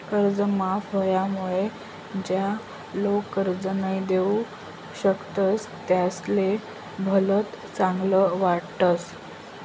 कर्ज माफ व्हवामुळे ज्या लोक कर्ज नई दिऊ शकतस त्यासले भलत चांगल वाटस